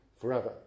forever